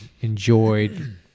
enjoyed –